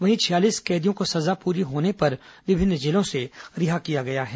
वहीं छियालीस कैदियों को सजा पूरी होने पर विभिन्न जेलों से रिहा किया गया है